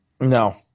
No